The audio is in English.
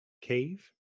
Cave